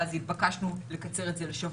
ואז התבקשנו לקצר את זה לשבוע,